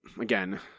again